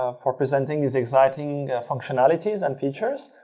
um for presenting these exciting functionalities and features.